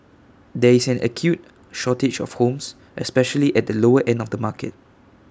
there is an acute shortage of homes especially at the lower end of the market